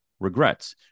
Regrets